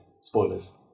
Spoilers